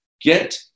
Get